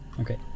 okay